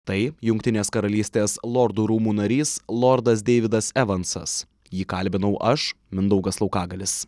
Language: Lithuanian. tai jungtinės karalystės lordų rūmų narys lordas deividas evansas jį kalbinau aš mindaugas laukagalis